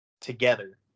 together